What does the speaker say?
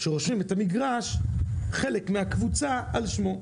שרושמים את המגרש, חלק מהקבוצה, על שמו.